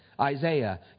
Isaiah